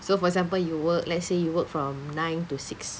so for example you work let's say you work from nine to six